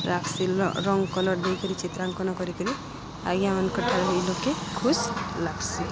ଲାଗ୍ସି ରଙ୍ଗ୍ କଲର୍ ଦେଇକରି ଚିତ୍ରାଙ୍କନ କରିକିରି ଆଜ୍ଞାମାନଙ୍କର ଠାନେ ଇ ଲୋକେ ଖୁସ୍ ଲାଗ୍ସି